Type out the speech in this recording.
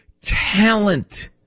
talent